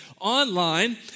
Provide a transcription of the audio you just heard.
online